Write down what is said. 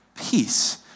Peace